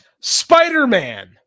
spider-man